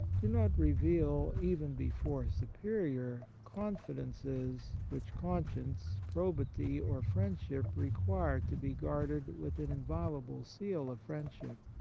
do not reveal, even before a superior, confidences which conscience, pro bity, or friendship requires to be guarded with an inviolable seal of friendship.